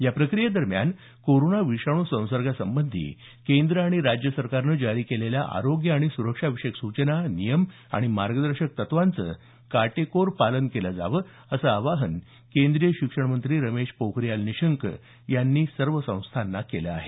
या प्रक्रियेदरम्यान कोरोना विषाणू संसर्गा संबंधी केंद्र आणि राज्य सरकारनं जारी केलेल्या आरोग्य आणि सुरक्षाविषयक सूचना नियम आणि मार्गदर्शक तत्वांचं काटेकोर पालन केलं जावं असं आवाहन केंद्रीय शिक्षणमंत्री रमेश पोखरियाल निशंक यांनी सर्व संस्थांना केलं आहे